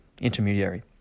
intermediary